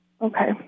okay